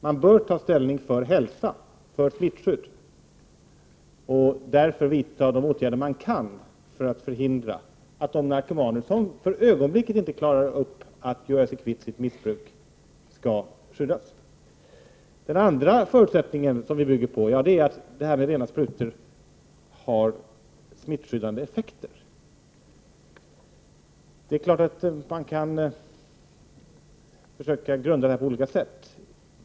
Man bör ta ställning för hälsa, för smittskydd, och därför vidta de åtgärder man kan vidta för att se till att de narkomaner som för ögonblicket inte klarar av att göra sig kvitt sitt missbruk skall skyddas. Den andra förutsättningen som vi bygger på är att detta med rena sprutor har smittskyddande effekter. Det är klart att man kan försöka grunda detta ställningstagande på olika sätt.